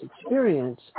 experience